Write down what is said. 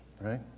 right